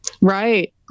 Right